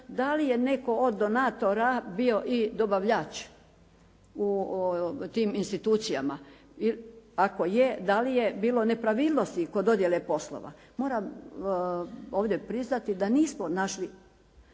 da li je netko od donatora bio i dobavljač u tim institucijama. Ako je da li je bilo nepravilnosti kod dodjele poslova. Moram ovdje priznati da nismo našli